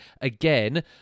Again